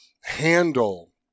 handle